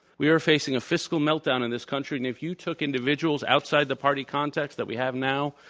we are facing a fiscal meltdown in this country. and if you took individuals outside the party context that we have now,